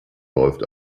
läuft